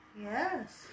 Yes